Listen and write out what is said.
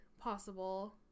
possible